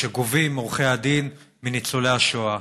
שגובים עורכי הדין מניצולי השואה.